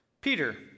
Peter